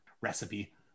recipe